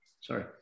Sorry